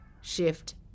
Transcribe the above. shift